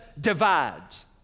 divides